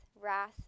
wrath